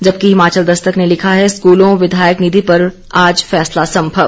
जबकि हिमाचल दस्तक ने लिखा है स्कूलों विधायक निधि पर आज फैसला संभव